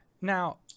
now